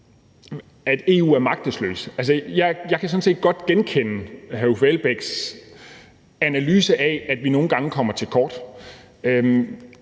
at jeg sådan set godt kan genkende hr. Uffe Elbæks analyse af, at vi nogle gange kommer til kort.